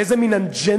איזה מין אג'נדות?